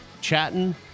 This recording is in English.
chatting